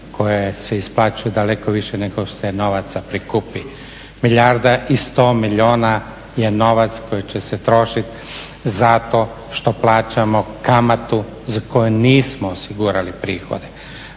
koje se isplaćuju daleko više nego što se novaca prikupi. Milijarda i sto milijuna je novac koji će se trošiti zato što plaćamo kamatu za koju nismo osigurali prihode.